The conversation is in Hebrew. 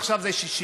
עכשיו זה 60,